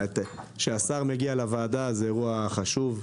כשהשר מגיע לוועדה זה אירוע חשוב.